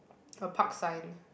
a park sign